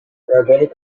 organic